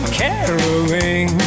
caroling